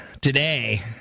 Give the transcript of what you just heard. today